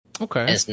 Okay